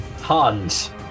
Hans